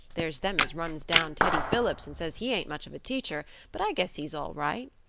there's them as runs down teddy phillips and says he ain't much of a teacher, but i guess he's all right.